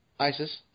Isis